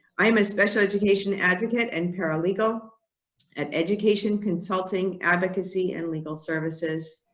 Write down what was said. i am a special education advocate and paralegal at education consulting advocacy and legal services,